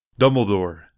Dumbledore